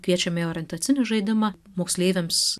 kviečiame į orientacinį žaidimą moksleiviams